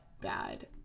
bad